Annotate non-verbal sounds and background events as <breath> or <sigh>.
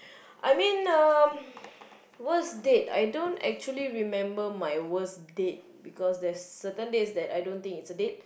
I mean um <breath> worst date I don't actually remember my worst date because there's certain dates that I don't think it's a date